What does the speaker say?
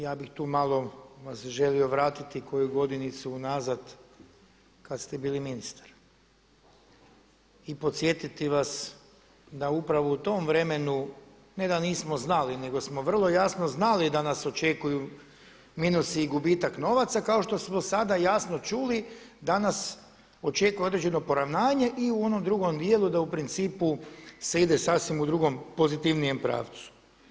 Ja bih tu malo vas želio vratiti koju godinicu unazad kad ste bili ministar i podsjetiti vas da upravo u tom vremenu ne da nismo znali, nego smo vrlo jasno znali da nas očekuju minusi i gubitak novaca kao što smo do sada jasno čuli da nas očekuje određeno poravnanje i u onom drugom dijelu da u principu se ide u sasvim drugom pozitivnijem pravcu.